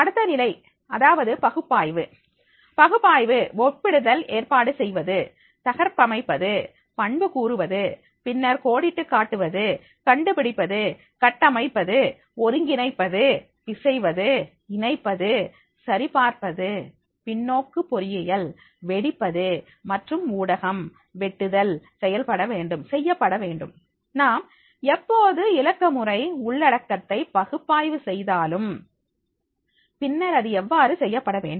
அடுத்த நிலை அதாவது பகுப்பாய்வு பகுப்பாய்வு ஒப்பிடுதல் ஏற்பாடு செய்வது தகர்ப்பமைப்பது பண்பு கூறுவது பின்னர் கோடிட்டுக் காட்டுவது கண்டுபிடிப்பது கட்டமைப்பது ஒருங்கிணைப்பது பிசைவது இணைப்பது சரி பார்ப்பது பின்னோக்கு பொறியியல் வெடிப்பது மற்றும் ஊடகம் வெட்டுதல் செய்யப்படவேண்டும் நாம் எப்போது இலக்கமுறை உள்ளடக்கத்தை பகுப்பாய்வு செய்தாலும் பின்னர் அது எவ்வாறு செய்யப்பட வேண்டும்